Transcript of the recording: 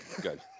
Good